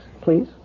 please